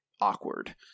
awkward